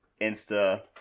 Insta